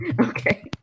Okay